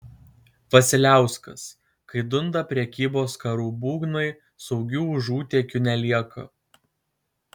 vasiliauskas kai dunda prekybos karų būgnai saugių užutėkių nelieka